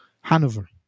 Hanover